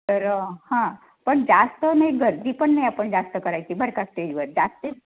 तर हां पण जास्त नाही गर्दी पण नाही आपण जास्त करायची बरं का स्टेजवर जास्त